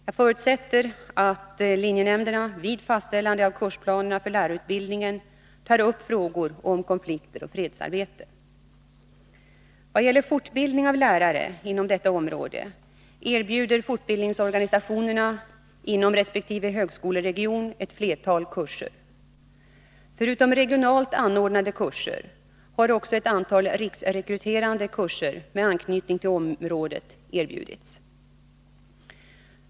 Jag förutsätter att linjenämnderna vid fastställande av kursplanerna för lärarutbildningen tar upp frågor om konflikter och fredsarbete. Vad gäller fortbildning av lärare inom detta område erbjuder fortbildningsorganisationerna inom resp. högskoleregion ett flertal kurser. Förutom regionalt anordnade kurser har också ett antal riksrekryterande kurser med anknytning till området erbjudits.